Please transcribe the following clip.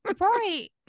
Right